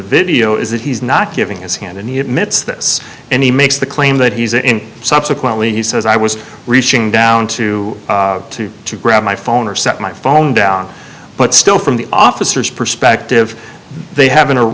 video is that he's not giving his hand and he admits this and he makes the claim that he's in subsequently he says i was reaching down to to to grab my phone or set my phone down but still from the officers perspective they haven't